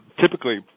typically